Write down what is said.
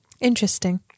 Interesting